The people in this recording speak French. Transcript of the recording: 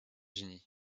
unis